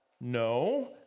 No